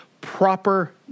proper